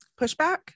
pushback